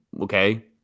Okay